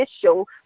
official